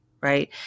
right